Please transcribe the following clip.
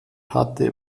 hatte